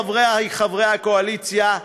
חברי חברי הקואליציה,